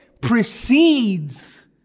precedes